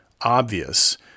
obvious